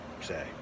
say